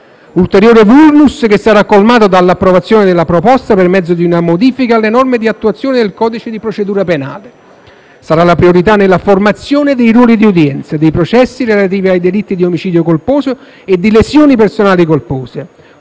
ulteriore *vulnus* sarà colmato dall'approvazione della proposta per mezzo di una modifica alle norme di attuazione del codice di procedura penale. Mi riferisco alla priorità nella formazione dei ruoli di udienze dei processi relativi ai delitti di omicidio colposo e di lesioni personali colpose